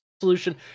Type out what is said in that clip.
solution